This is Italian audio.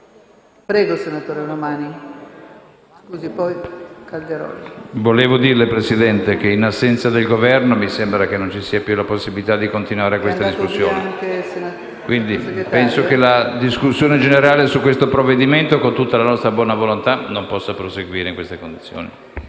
Presidente, vorrei farle notare che, in assenza del Governo, mi sembra che non ci sia più la possibilità di continuare questa discussione. Penso che la discussione generale su questo provvedimento, con tutta la nostra buona volontà, non possa proseguire in queste condizioni.